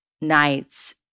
nights